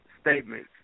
statements